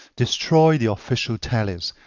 destroy the official tallies,